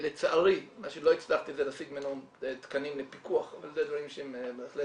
לצערי מה שלא הצלחתי זה להשיג תקנים לפיקוח אבל אלה דברים שהם בהחלט